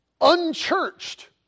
unchurched